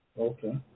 Okay